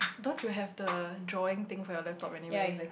don't you have the drawing thing for your laptop anyway